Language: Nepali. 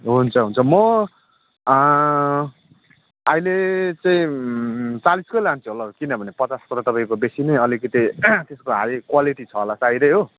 हुन्छ हुन्छ म अहिले चाहिँ चालिसकै लान्छु होला हौ किनभने पचासको त तपाईँको बेसी नै अलिकति त्यसको हाई क्वालिटी छ होला सायदै हो